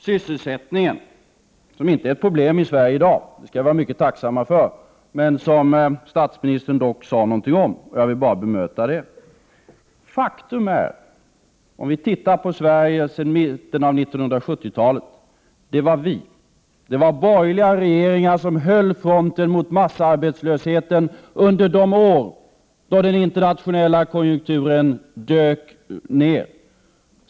Sysselsättningen är inte ett problem i Sverige i dag. Det skall vi vara mycket tacksamma för. Statsministern sade något om detta, och jag vill bemöta det. Om vi tittar på Sverige sedan mitten av 70-talet, finner vi att det var vi, borgerliga regeringar, som höll fronten mot massarbetslösheten under de år då den internationella konjunkturen dök ner.